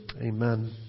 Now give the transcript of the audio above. Amen